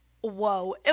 whoa